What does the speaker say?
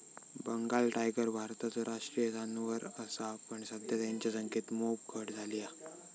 Bengal tiger भारताचो राष्ट्रीय जानवर असा पण सध्या तेंच्या संख्येत मोप घट झाली हा